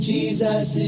Jesus